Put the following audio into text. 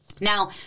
Now